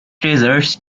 treasures